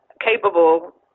capable